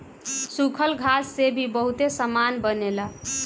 सूखल घास से भी बहुते सामान बनेला